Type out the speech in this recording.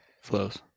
flows